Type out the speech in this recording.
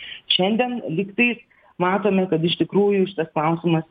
šiandien lygtais matome kad iš tikrųjų šitas klausimas